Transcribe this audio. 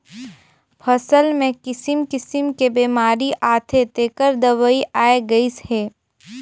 फसल मे किसिम किसिम के बेमारी आथे तेखर दवई आये गईस हे